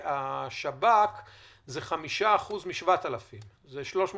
על 5% מ-7,000, שזה 350